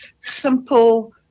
simple